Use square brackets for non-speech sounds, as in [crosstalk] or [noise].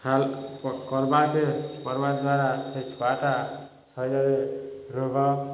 [unintelligible] କରିବାକୁ କରିବା ଦ୍ୱାରା ସେ ଛୁଆଟା ଶରୀରରେ ରୋଗ